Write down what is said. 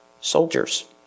soldiers